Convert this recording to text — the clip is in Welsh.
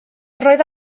roedd